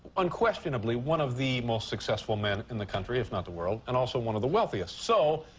unquestionably, one of the most successful men in the country, if not the world, and also one of the wealthiest. so,